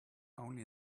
only